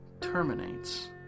terminates